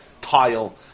tile